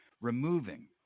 removing